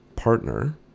partner